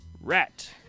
Rat